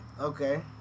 Okay